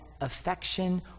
affection